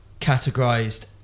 categorized